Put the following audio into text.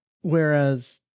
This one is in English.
whereas